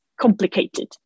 complicated